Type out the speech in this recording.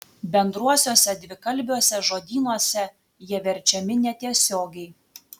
bendruosiuose dvikalbiuose žodynuose jie verčiami netiesiogiai